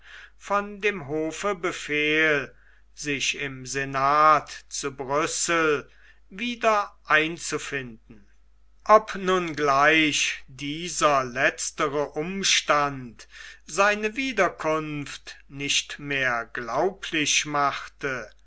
von dem hofe befehl sich im senat zu brüssel wieder einzufinden ob nun gleich dieser letztere umstand seine wiederkunft nicht sehr glaublich machte